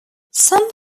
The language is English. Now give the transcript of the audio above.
some